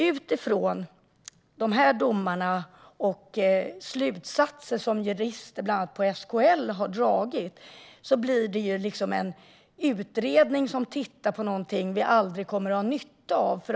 Utifrån domarna och de slutsatser som jurister på bland annat SKL har dragit blir det en utredning som tittar på något vi aldrig kommer att ha nytta av.